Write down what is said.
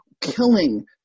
killing